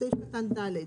בסעף קטן ד.